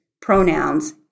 pronouns